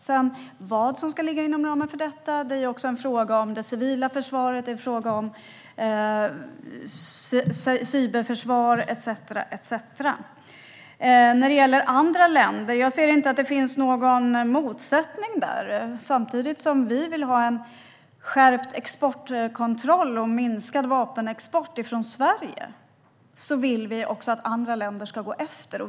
Sedan vad som ska ligga inom ramen för detta är en fråga om det civila försvaret, cyberförsvar etcetera. När det gäller andra länder ser jag inte att det finns någon motsättning. Samtidigt som vi vill ha en skärpt exportkontroll och minskad vapenexport från Sverige vill vi också att andra länder ska följa efter.